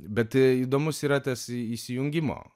bet įdomus yra tas įsijungimo